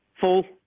Full